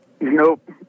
Nope